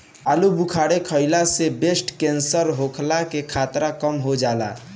आलूबुखारा खइला से ब्रेस्ट केंसर होखला के खतरा कम हो जाला